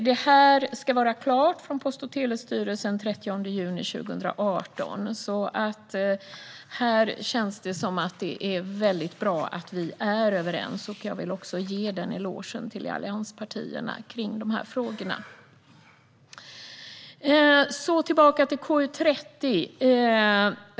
Detta ska från Post och telestyrelsens sida vara klart den 30 juni 2018, så det känns som att det är väldigt bra att vi är överens. Jag vill ge en eloge till allianspartierna i dessa frågor. Tillbaka till KU30.